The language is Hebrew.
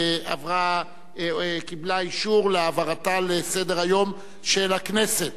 קיבלה אישור להעברתה לסדר-היום של הכנסת.